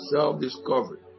Self-discovery